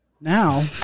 Now